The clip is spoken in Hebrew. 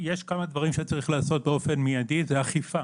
יש כמה דברים שצריך לעשות באופן מיידי, זה אכיפה.